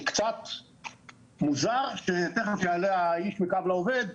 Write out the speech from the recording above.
זה קצת מוזר שתיכף יעלה האיש מ"קו לעובד"